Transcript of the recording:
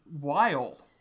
wild